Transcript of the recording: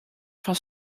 fan